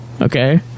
okay